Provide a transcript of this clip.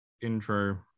intro